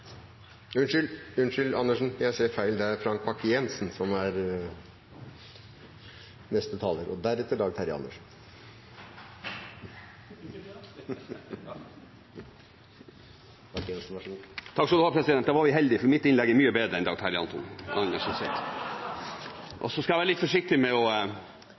Unnskyld, Dag Terje Andersen, neste taler er Frank Bakke-Jensen. Da var vi heldig, for mitt innlegg er mye bedre enn Dag Terje Andersens. Jeg skal være litt forsiktig med å